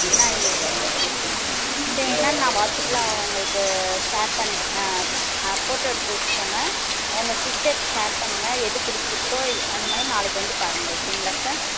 என்ன ஏது okay sir சரி என்னென்னு நான் வாட்ஸ்அப்பில் உங்களுக்கு ஷேர் பண்ணுறேன் ஆ ஃபோட்டோ எடுத்து வச்சுக்கோங்க உங்கள் சிஸ்டருக்கு ஷேர் பண்ணுங்க எது பிடிச்சுருக்கோ அந்தமாதிரி நாளைக்கு வந்து பாருங்க ஓகேங்களா சார்